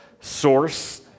source